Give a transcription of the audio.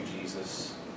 Jesus